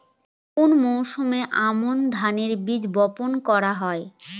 কোন মরশুমে আমন ধানের বীজ বপন করা হয়?